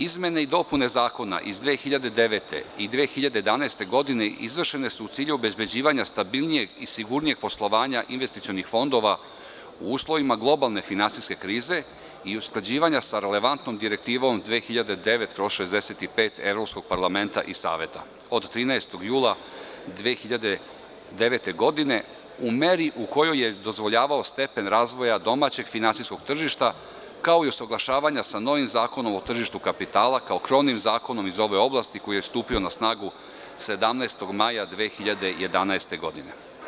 Izmene i dopune zakona iz 2009. i 2011. godine izvršene su u cilju obezbeđivanja stabilnijeg i sigurnijeg poslovanja investicionih fondova u uslovima globalne finansijske krize i usklađivanja sa relevantnom direktivom 2009/65 Evropskog parlamenta i Saveta, od 13. jula 2009. godine, u meri u kojoj je dozvoljavao stepen razvoja domaćeg finansijskog tržišta, kao i usaglašavanja sa novim Zakonom o tržištu kapitala kao krovnim zakonom iz ove oblasti, koji je stupio na snagu 17. maja 2011. godine.